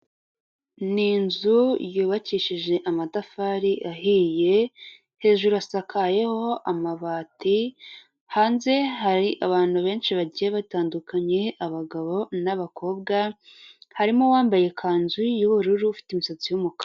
Ni inzu yubakishije amatafari ahiye, hejuru hasakayeho amabati, hanze hari abantu benshi bagiye batandukanye abagabo n'abakobwa, harimo uwambaye ikanzu y'ubururu ifite imisatsi y'umukara.